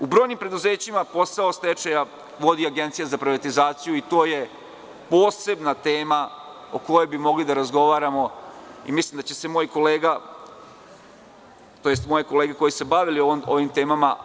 U brojnim preduzećima posao stečaja vodi Agencija za privatizaciju, i to je posebna tema o kojoj bi mogli da razgovaramo i mislim da će se moje kolege, koji su se bavili ovim temama…